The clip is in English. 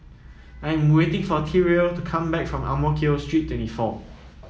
I am waiting for Tyrel to come back from Ang Mo Kio Street twenty four